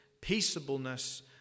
peaceableness